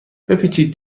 بپیچید